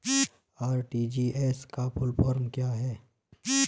RTGS का full form क्या है?